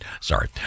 sorry